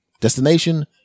Destination